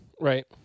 Right